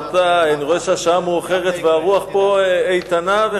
אני רואה שהשעה מאוחרת והרוח פה איתנה.